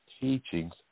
Teachings